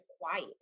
quiet